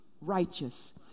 righteous